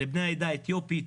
לבני העדה האתיופית,